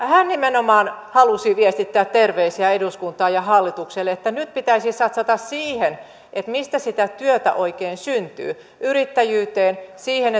hän nimenomaan halusi viestittää terveisiä eduskuntaan ja hallitukselle että nyt pitäisi satsata siihen mistä sitä työtä oikein syntyy yrittäjyyteen siihen